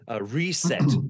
reset